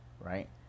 right